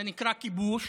זה נקרא כיבוש,